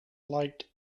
liked